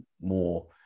more